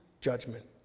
judgment